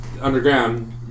underground